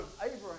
Abraham